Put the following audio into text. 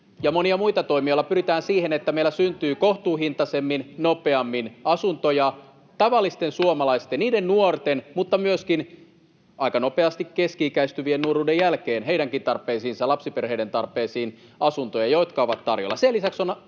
välihuuto] joilla pyritään siihen, että meillä syntyy kohtuuhintaisemmin, nopeammin asuntoja tavallisten suomalaisten, nuorten mutta myöskin aika nopeasti keski-ikäistyvienkin tarpeisiin ja lapsiperheiden tarpeisiin asuntoja.